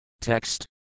Text